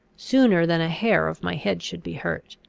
sooner than a hair of my head should be hurt.